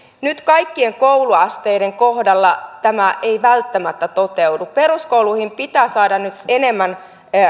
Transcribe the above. nyt kaikkien kouluasteiden kohdalla tämä ei välttämättä toteudu peruskouluihin pitää saada nyt enemmän